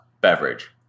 beverage